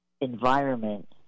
environment